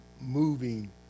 moving